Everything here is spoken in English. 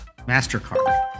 Mastercard